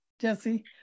Jesse